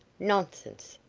nonsense.